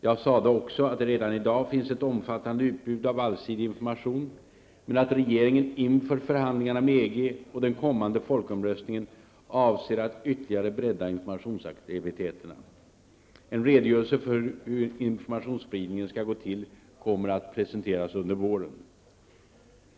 Jag sade också att det redan i dag finns ett omfattande utbud av allsidig information, men att regeringen inför förhandlingarna med EG och den kommande folkomröstningen avser att ytterligare bredda informationsaktiviteterna. En redogörelse för hur informationsspridningen skall gå till kommer att presenteras under våren.